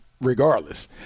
regardless